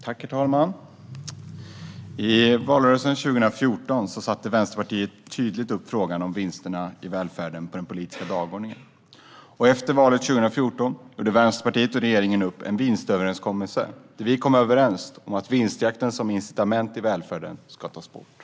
Herr talman! I valrörelsen 2014 satte Vänsterpartiet tydligt upp frågan om vinsterna i välfärden på den politiska dagordningen. Och efter valet 2014 gjorde Vänsterpartiet och regeringen en vinstöverenskommelse, där vi kom överens om att vinstjakten som incitament i välfärden ska tas bort.